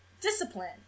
discipline